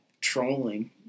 trolling